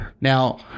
Now